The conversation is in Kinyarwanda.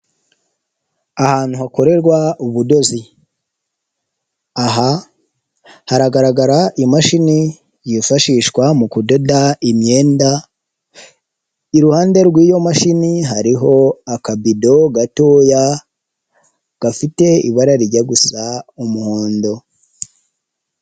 Ahantu hakorerwa ubudozi aha haragaragara imashini yifashishwa mu kudoda imyenda, iruhande rw'iyo mashini hariho akabido gatoya gafite ibara rijya gusa umuhondo.